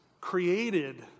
created